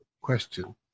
question